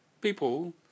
people